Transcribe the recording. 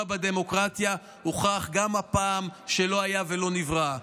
בדמוקרטיה הוכח גם הפעם שלא היה ולא נברא.